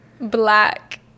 Black